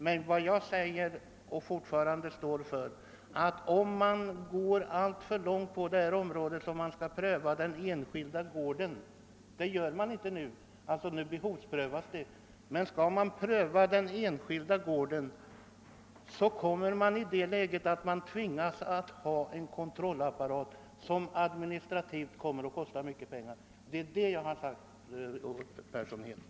Men jag har sagt, och det står jag fortfarande för, att om man går alltför långt på detta område och prövar den enskilda gården — nu har man ju i stället behovsprövning — så kommer man i det läget att man tvingas ha en kontrollapparat som administrativt kommer att kosta mycket pengar. Det är det jag velat framhålla, herr Persson i Heden.